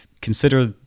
consider